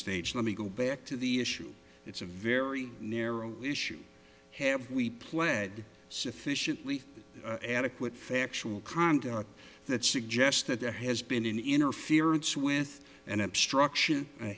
stage let me go back to the issue it's a very narrow issue have we pled sufficiently adequate factual krondor that suggests that there has been an interference with an obstruction a